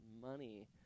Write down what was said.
money